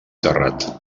terrat